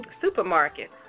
supermarket